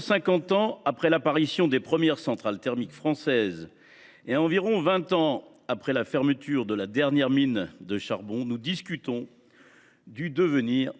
cinquante ans après l’apparition des premières centrales thermiques françaises et environ vingt ans après la fermeture de la dernière mine de charbon, nous discutons du devenir